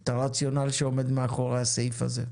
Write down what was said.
את הרציונל שעומד מאחרי הסעיף הזה.